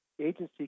agency